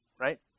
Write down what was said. right